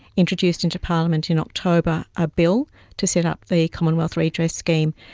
introduced into parliament in october a bill to set up the commonwealth redress scheme.